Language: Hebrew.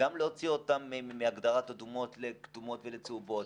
גם להוציא אותם מהגדרת אדומות לכתומות וצהובות,